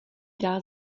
dal